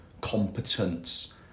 competence